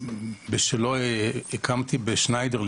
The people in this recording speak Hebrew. בשלו הקמתי בבי"ח "שניידר",